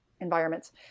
environments